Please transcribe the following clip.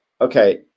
okay